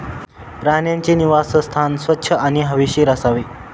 प्राण्यांचे निवासस्थान स्वच्छ आणि हवेशीर असावे